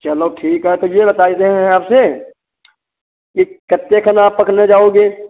चलो ठीक है तो ये बताइ देहें आपसे कि कितने कना आप पकने जाओगे